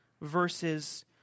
verses